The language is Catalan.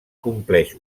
compleix